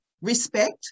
respect